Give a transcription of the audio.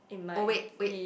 it might be